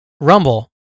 Rumble